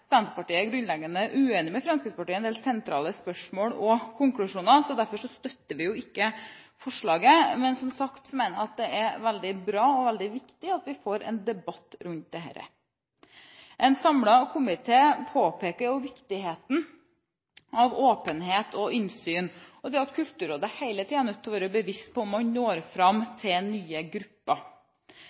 Senterpartiet grunnleggende uenig med Fremskrittspartiet i en del sentrale spørsmål og konklusjoner, og derfor støtter vi ikke forslaget, men, som sagt, jeg mener det er veldig bra og veldig viktig at vi får en debatt rundt dette. En samlet komité påpeker viktigheten av åpenhet og innsyn og det at Kulturrådet hele tiden må være bevisst på om man når fram til nye grupper.